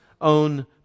own